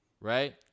right